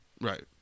Right